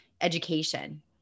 education